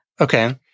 Okay